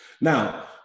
Now